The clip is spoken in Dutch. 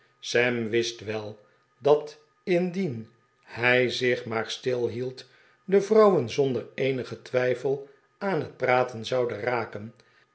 sam wist wel dat indien hij zich maar stilbield de vrouwen zonder eenigen twijfel aan het praten zouden raken